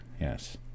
Yes